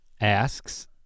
asks